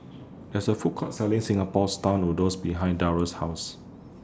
There IS A Food Court Selling Singapore Style Noodles behind Darion's House